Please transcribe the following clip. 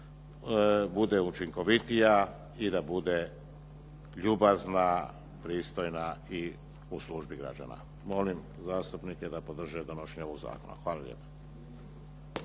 bude učinkovitija i da bude ljubazna, pristojna i u službi građana. Molim zastupnike da podrže donošenje ovoga zakona. Hvala lijepa.